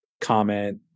comment